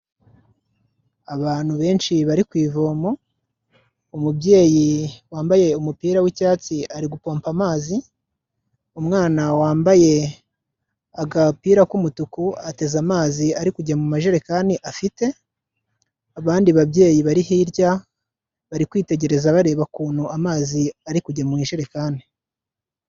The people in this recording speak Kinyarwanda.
Abantu benshi bari ku ivomo. Umubyeyi wambaye umupira w'icyatsi ari gupompa amazi, umwana wambaye agapira k'umutuku ateze amazi ari kujya mu majerekani afite. Abandi babyeyi bari hirya bari kwitegereza bareba ukuntu amazi ari kujya mu ijerekani.